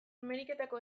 ameriketako